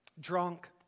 drunk